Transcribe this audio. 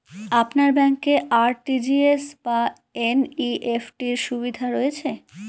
আপনার ব্যাংকে আর.টি.জি.এস বা এন.ই.এফ.টি র সুবিধা রয়েছে?